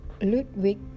Ludwig